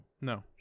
No